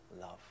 love